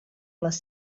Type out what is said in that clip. les